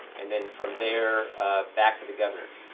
and then from there back to the governor.